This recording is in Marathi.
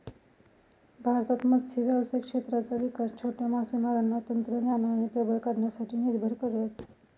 भारतात मत्स्य व्यावसायिक क्षेत्राचा विकास छोट्या मासेमारांना तंत्रज्ञानाने प्रबळ करण्यासाठी निर्भर करत